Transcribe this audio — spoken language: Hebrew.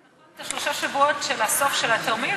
לגבי שלושה שבועות של הסוף של התאומים,